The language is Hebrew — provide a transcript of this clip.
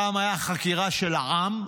פעם הייתה חקירה של העם,